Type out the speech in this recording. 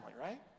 right